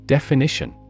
Definition